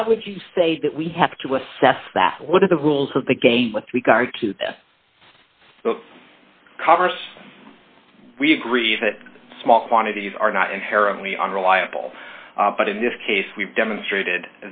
how would you say that we have to assess that what are the rules of the game with regard to the converse we agree that small quantities are not inherently unreliable but in this case we've demonstrated